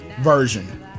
version